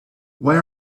why